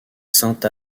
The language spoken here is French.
sainte